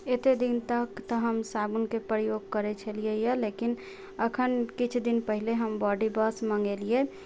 अते दिन तक तऽ हम साबुनके प्रयोग करै छलियै है लेकिन अखन किछु दिन पहिले हम बौडी वाँश मङ्गेलियै